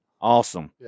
Awesome